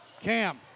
Cam